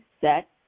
set